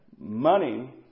Money